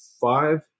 five